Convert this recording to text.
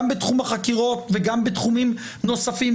גם בתחום החקירות וגם בתחומים נוספים,